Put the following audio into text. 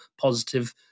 positive